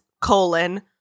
Colon